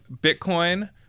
Bitcoin